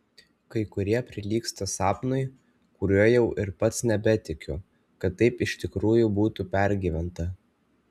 kai kurie prilygsta sapnui kuriuo jau ir pats nebetikiu kad taip iš tikrųjų būtų pergyventa